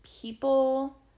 people